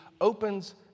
opens